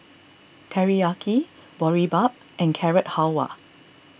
Teriyaki Boribap and Carrot Halwa